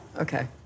okay